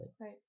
Right